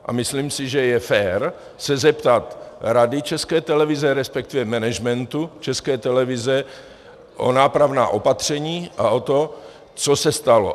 A myslím si, že je fér se zeptat Rady České televize, respektive managementu České televize o nápravná opatření a o to, co se stalo.